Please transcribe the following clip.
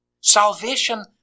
Salvation